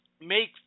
make